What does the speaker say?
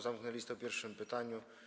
Zamknę listę po pierwszym pytaniu.